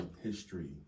history